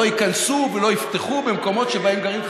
לא ייכנסו ולא יפתחו במקומות שבהם גרים חרדים.